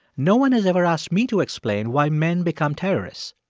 no one has ever asked me to explain why men become terrorists.